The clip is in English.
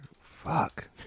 Fuck